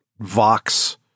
Vox